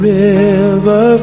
river